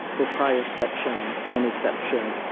proprioception, noniception,